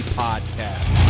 podcast